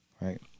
right